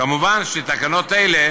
כמובן, תקנות אלו